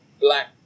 black